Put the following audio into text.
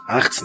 18